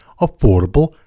affordable